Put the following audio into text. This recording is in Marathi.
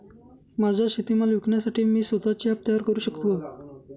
माझा शेतीमाल विकण्यासाठी मी स्वत:चे ॲप तयार करु शकतो का?